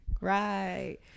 Right